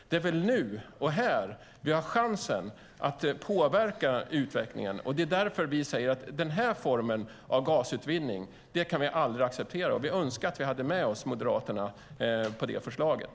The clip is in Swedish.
Det är väl nu och här vi har chansen att påverka utvecklingen, och det är därför vi säger att den här formen av gasutvinning kan vi aldrig acceptera. Vi önskar att vi hade med oss Moderaterna på det förslaget.